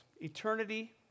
eternity